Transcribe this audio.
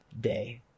day